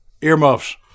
earmuffs